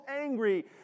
angry